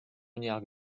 nějak